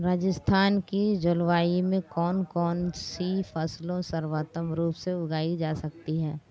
राजस्थान की जलवायु में कौन कौनसी फसलें सर्वोत्तम रूप से उगाई जा सकती हैं?